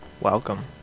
Welcome